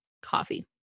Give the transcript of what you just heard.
coffee